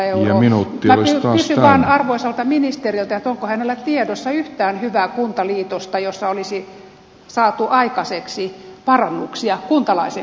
minä kysyn vaan arvoisalta ministeriltä onko hänellä tiedossa yhtään hyvää kuntaliitosta jossa olisi saatu aikaiseksi parannuksia kuntalaisen kannalta